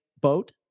boat